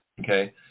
okay